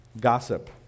Gossip